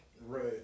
Right